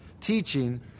teaching